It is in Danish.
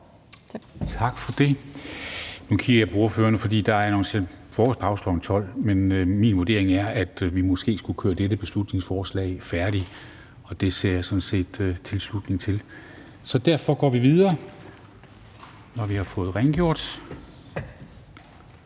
Tak for det. Nu kigger jeg på ordførerne, fordi der er annonceret frokostpause kl. 12.00, men min vurdering er, at vi måske skal køre det her beslutningsforslag færdigt. Og det ser jeg sådan set tilslutning til. Så derfor går vi videre, når vi har fået rengjort.